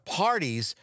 parties